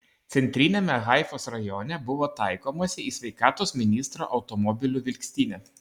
centriniame haifos rajone buvo taikomasi į sveikatos ministro automobilių vilkstinę